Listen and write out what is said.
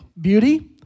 beauty